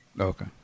okay